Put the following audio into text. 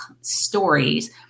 stories